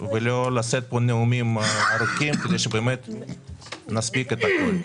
ולא לשאת פה נאומים ארוכים כדי שנספיק את הכול.